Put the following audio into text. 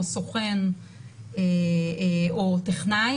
סוכן או טכנאי,